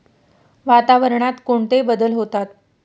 वातावरणात कोणते बदल होतात?